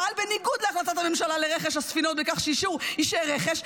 "פעל בניגוד להחלטת הממשלה לרכש הספינות בכך שאישר רכש",